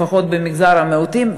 לפחות במגזר המיעוטים,